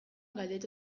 galdetu